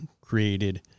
created